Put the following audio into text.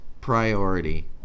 priority